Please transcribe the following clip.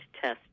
test